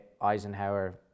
Eisenhower